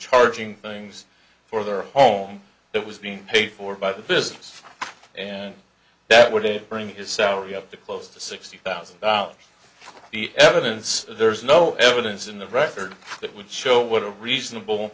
charging things for their home that was being paid for by the business and that would it bring his salary up to close to sixty thousand dollars the evidence there's no evidence in the record that would show what a reasonable